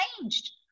changed